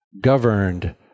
Governed